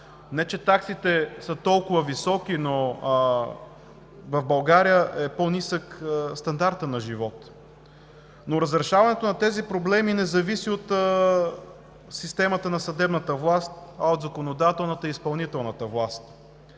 не че таксите са толкова високи, но в България стандартът на живот е по-нисък. Разрешаването на тези проблеми не зависи от системата на съдебната власт, а от законодателната и изпълнителната власт.